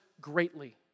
greatly